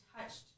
touched